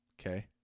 Okay